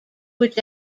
which